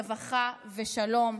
רווחה ושלום.